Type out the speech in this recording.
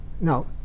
Now